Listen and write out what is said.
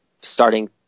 starting